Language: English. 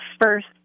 first